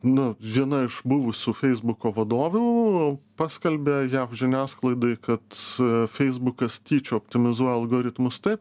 nu viena iš buvusių feisbuko vadovių paskalbė jav žiniasklaidoj kad feisbukas tyčia optimizuoja algoritmus taip